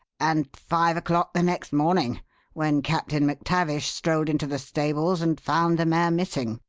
and five o'clock the next morning when captain mactavish strolled into the stables and found the mare missing.